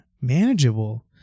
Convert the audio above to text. manageable